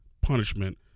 punishment